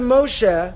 Moshe